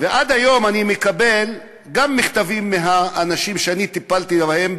ועד היום אני מקבל מכתבים מאנשים שאני טיפלתי בהם,